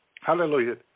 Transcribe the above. hallelujah